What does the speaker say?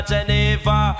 Geneva